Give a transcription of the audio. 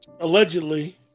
allegedly